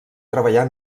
treballar